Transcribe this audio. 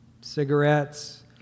Cigarettes